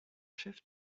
chef